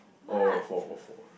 oh four four four